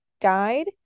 died